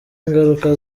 ingaruka